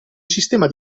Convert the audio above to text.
sistema